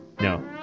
No